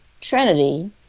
Trinity